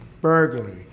burglary